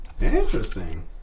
Interesting